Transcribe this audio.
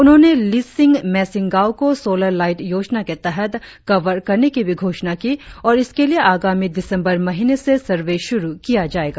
उन्होंने लिसिंग मेसिंग गांव को सोलर लाईट योजना के तहत कवर करने की भी घोषणा की और इसके लिए आगामी दिसंबर महीने से सर्वे शुरु किया जाएगा